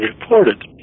reported